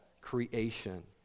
creation